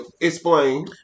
explain